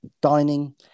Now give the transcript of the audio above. dining